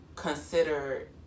consider